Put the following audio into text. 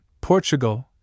Portugal